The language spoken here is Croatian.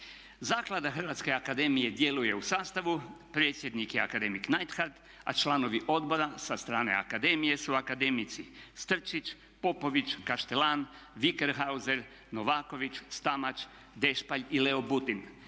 Zaklada Hrvatske akademije djeluje u sastavu, predsjednik je akademik Neidhardt a članovi odbora sa strane akademije su akademici, Strčić, Popović, Kaštelan, Wikerhauser, Novaković, Stamać, Dešpalj i Leo Budin.